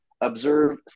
observe